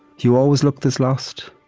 you always look this lost?